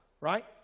right